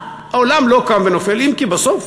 העולם לא קם ונופל, אם כי בסוף,